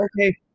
Okay